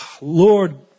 lord